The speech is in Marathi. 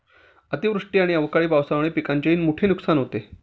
अतिवृष्टी आणि अवकाळी पावसामुळे पिकांचेही मोठे नुकसान होते